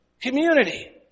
community